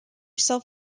self